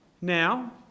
Now